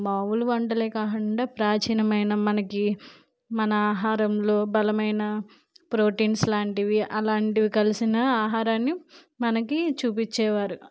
మామూలు వంటలే కాకుండా ప్రాచీనమైన మనకి మన ఆహారంలో బలమైన ప్రోటీన్స్ లాంటివి అలాంటివి కలిసిన ఆహారాన్ని మనకి చూపిచ్చేవారు